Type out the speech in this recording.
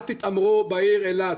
אל תתעמרו בעיר אילת.